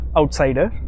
outsider